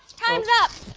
time's up!